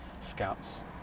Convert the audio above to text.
Scouts